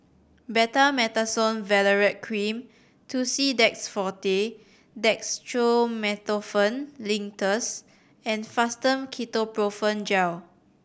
Betamethasone Valerate Cream Tussidex Forte Dextromethorphan Linctus and Fastum Ketoprofen Gel